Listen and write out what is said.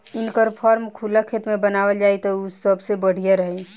इनकर फार्म खुला खेत में बनावल जाई त उ सबसे बढ़िया रही